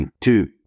Two